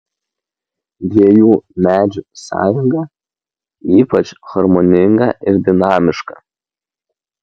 dviejų medžių sąjunga ypač harmoninga ir dinamiška